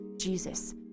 Jesus